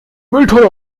mülltonne